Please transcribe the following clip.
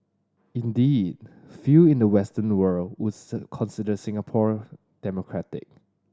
indeed few in the Western world would consider Singapore democratic